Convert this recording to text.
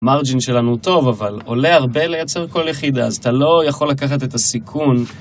מרג'ין שלנו טוב, אבל עולה הרבה לייצר קול יחידה, אז אתה לא יכול לקחת את הסיכון.